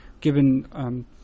given